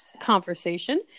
conversation